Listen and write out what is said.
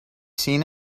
seen